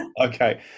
Okay